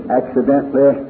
accidentally